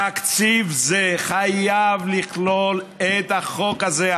תקציב זה חייב לכלול את החוק הזה.